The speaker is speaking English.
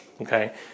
okay